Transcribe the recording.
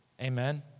Amen